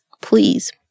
please